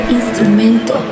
instrumento